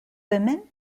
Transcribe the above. women